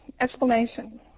explanation